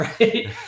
Right